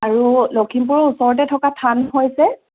আৰু লখিমপুৰৰ ওচৰতে থকা থান হৈছে